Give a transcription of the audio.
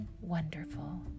wonderful